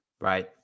Right